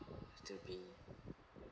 H_D_B